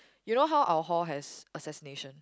you know how our hall has assassination